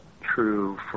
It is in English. true